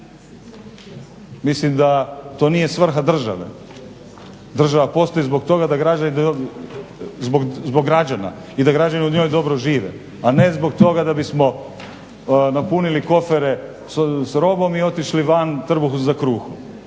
Mislim da to nije svrha države, država postoji zbog građana i da građani u njoj dobro žive, a ne zbog toga da bismo napunili kofere s robom i otišli van trbuhom za kruhom.